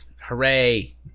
Hooray